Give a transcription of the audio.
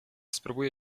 spróbuję